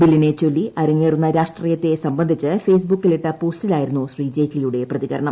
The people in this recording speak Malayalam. ബില്ലിനെ ചൊല്ലി അരങ്ങേറുന്ന രാഷ്ട്രീയത്തെ സംബന്ധിച്ച് ഫെയ്സ്ബുക്കിലിട്ട പോസ്റ്റിലായിരുന്നു ശ്രീ ജയ്റ്റ്ലിയുടെ പ്രതികരണം